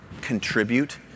contribute